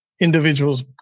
individuals